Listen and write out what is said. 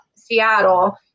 Seattle